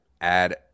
Add